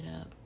up